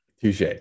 Touche